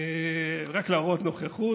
רק להראות נוכחות.